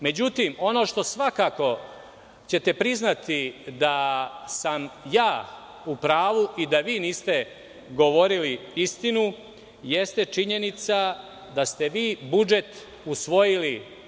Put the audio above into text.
Međutim, ono što svakako ćete priznati da sam ja u pravu i da vi niste govorili istinu, jeste činjenica da ste vi budžet usvojili.